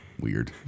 Weird